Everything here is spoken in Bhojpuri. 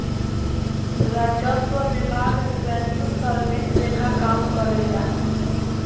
राजस्व विभाग रिवेन्यू सर्विस लेखा काम करेला